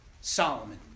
Solomon